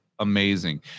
amazing